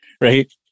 right